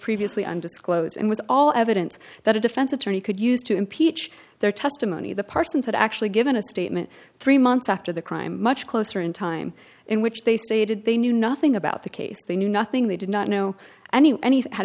previously undisclosed and why all evidence that a defense attorney could use to impeach their testimony the parsons had actually given a statement three months after the crime much closer in time in which they stated they knew nothing about the case they knew nothing they did not know anyone any